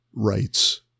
rights